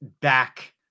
back